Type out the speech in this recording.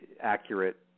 accurate